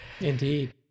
indeed